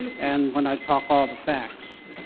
and when i talk all the facts,